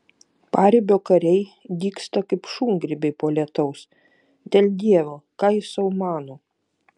paribio kariai dygsta kaip šungrybiai po lietaus dėl dievo ką jis sau mano